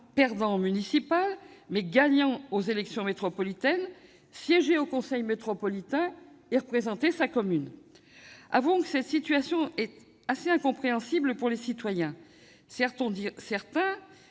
élections municipales, mais gagné aux élections métropolitaines siéger au conseil métropolitain et représenter sa commune. Avouons-le, cette situation sera assez incompréhensible pour les citoyens. Certains